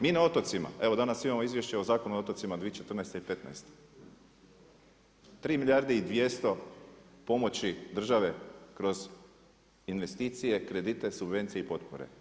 Mi na otocima, evo danas imamo Izvješće o Zakonu o otocima 2014. i 2015., 3 milijarde i 200 pomoći države kroz investicije, kredite, subvencije i potpore.